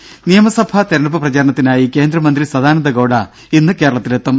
ദ്ദേ നിയമസഭാ തെരഞ്ഞെടുപ്പ് പ്രചാരണത്തിനായി കേന്ദ്രമന്ത്രി സദാനന്ദ ഗൌഡ ഇന്ന് കേരളത്തിലെത്തും